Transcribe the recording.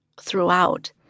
throughout